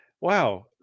wow